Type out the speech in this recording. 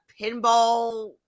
pinball